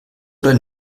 oder